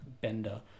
bender